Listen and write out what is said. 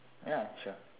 ya sure